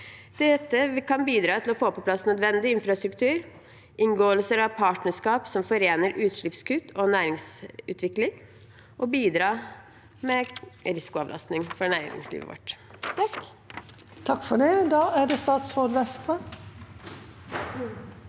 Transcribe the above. Dette kan bidra til å få på plass nødvendig infrastruktur, inngåelser av partnerskap som forener utslippskutt og næringsutvikling, og bidra med risikoavlastning for næringslivet vårt. Statsråd Jan Christian Vestre